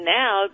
now